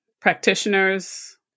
practitioners